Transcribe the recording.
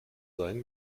sein